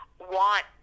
want